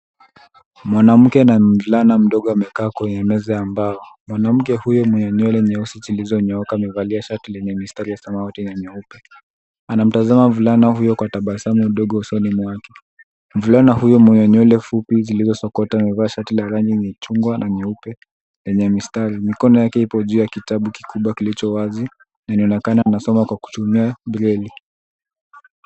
Mwanamke na mvulana mdogo amekaa kwenye meza ya mbao. Mwanamuke huyo mwenye nywele nyeusi zlizo nyooka amevalia shatili yenye mistari samawati na nyeupe. Anamtazama mvulana huyo kwa tabasamu ndogo usoni mwake. Mvulana huyo mwenye nywele fupi zilizo sokota amevaa shati la rangi ya chungwa na nyeupe yenye mistari mikono yake ipo juu ya kitabu kikubwa kilicho wazi na anaoneakana akisoma kwa kutumia breli.